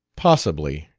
possibly,